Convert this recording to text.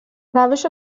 روش